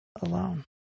alone